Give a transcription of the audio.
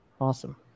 Awesome